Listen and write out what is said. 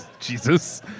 Jesus